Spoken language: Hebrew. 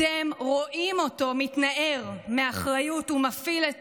אתם רואים אותו מתנער מאחריות ומפעיל את